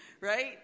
right